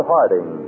Harding